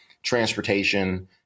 transportation